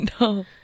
no